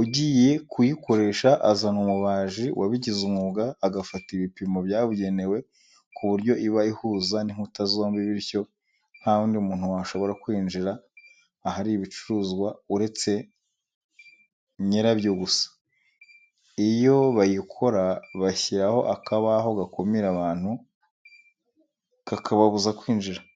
Ugiye kuyikoresha azana umubaji wabigize umwuga, agafata ibipimo byabugenewe ku buryo iba ihuza inkuta zombi bityo nta wundi muntu washobora kwinjira ahari ibicuruzwa uretse nyibabyo gusa. Iyo bayikora, bashyiraho akabaho gakumira abantu kakababuza kwinjira.